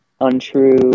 untrue